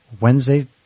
Wednesday